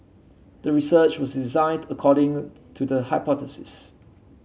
the research was designed according to the hypothesis